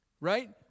Right